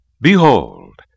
BEHOLD